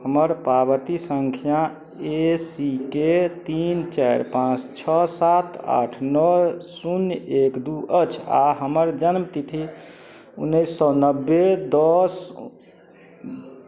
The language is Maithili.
हमर पावतई सङ्ख्या ए सी के तीन चारि पाँच छओ सात आठ नओ शून्य एक दू अछि आ हमर जन्मतिथि उन्नैस सए नब्बे दस